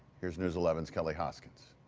here's news eleven's kelley, hoskins.